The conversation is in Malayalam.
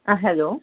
ആ ഹലോ